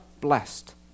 blessed